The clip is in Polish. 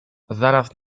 zaraz